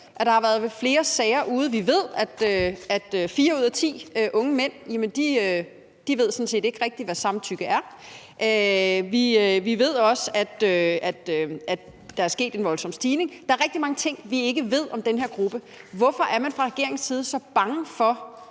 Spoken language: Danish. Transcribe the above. den efter i sømmene, når man ved, at 4 ud af 10 unge mænd sådan set ikke rigtig ved, hvad samtykke er. Vi ved også, at der er sket en voldsom stigning. Der er rigtig mange ting, vi ikke ved om den her gruppe. Hvorfor er man fra regeringens side så bange for